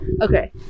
Okay